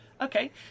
Okay